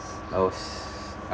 I was